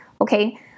Okay